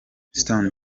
stone